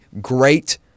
great